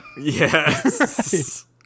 Yes